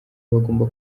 bagomba